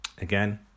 again